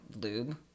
lube